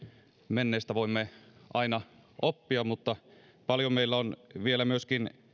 menneistä voimme aina oppia mutta paljon meillä on vielä myöskin